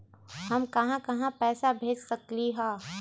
हम कहां कहां पैसा भेज सकली ह?